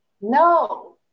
no